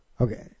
okay